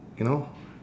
you know